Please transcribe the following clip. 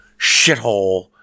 shithole